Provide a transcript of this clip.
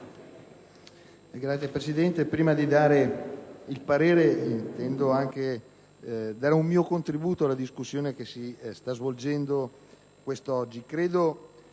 Signora Presidente, prima di esprimere il parere, intendo anche dare un mio contributo alla discussione che si sta svolgendo oggi.